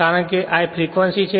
કારણ કે તે આ ફ્રેક્વંસીf છે